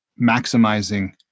maximizing